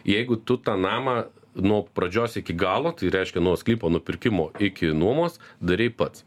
jeigu tu tą namą nuo pradžios iki galo tai reiškia nuo sklypo nupirkimo iki nuomos darei pats